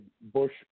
bush